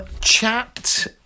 Chat